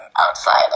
outside